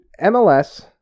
MLS